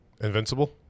Invincible